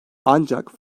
ancak